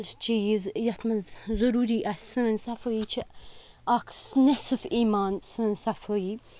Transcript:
چیٖز یَتھ منٛز ضٔروٗری آسہِ سٲنۍ صفٲیی چھِ اَکھ نصف ایمان سٲنۍ صفٲیی